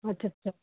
ਅੱਛਾ ਅੱਛਾ